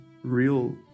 real